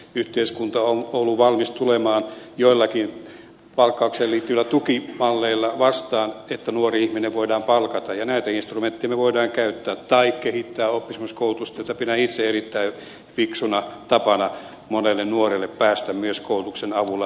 yhteiskunta on ollut valmis tulemaan joillakin palkkaukseen liittyvillä tukimalleilla vastaan että nuori ihminen voidaan palkata ja näitä instrumentteja me voimme käyttää tai kehittää oppisopimuskoulutusta jota pidän itse erittäin fiksuna tapana monelle nuorelle päästä myös koulutuksen avulla työelämään